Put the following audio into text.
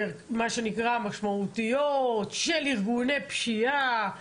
מה שנקרא משמעותיות של ארגוני פשיעה.